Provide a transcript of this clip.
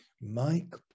Mike